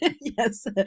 Yes